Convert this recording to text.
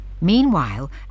Meanwhile